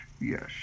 yes